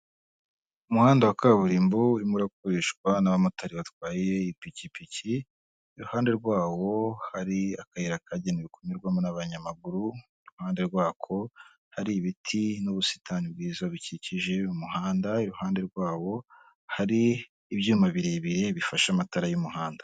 Umuhanda wa kaburimbo urimo urakoreshwa n'abamotari batwaye ipikipiki, iruhande rwawo hari akayira kagenewe kunyurwamo n'abanyamaguru, iruhande rwako hari ibiti n'ubusitani bwiza bikikije umuhanda, iruhande rwawo hari ibyuma birebire bifashe amatara y'umuhanda.